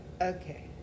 Okay